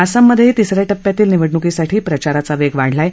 आसाममधेही तिसऱ्या टप्प्यातील निवडणुकीसाठी प्रचाराचा वेग वाढला आहे